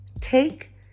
take